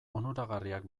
onuragarriak